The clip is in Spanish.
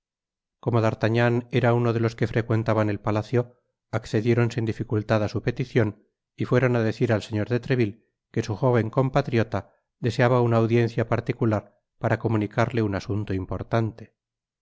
gabinete como d'artagnan era uno delos que frecuentaban el palacio accedieron sin dificultad á su peticion y fueron á decir al señor de treville que su jóven compatriota deseaba una audiencia particular para comunicarle un asunto importante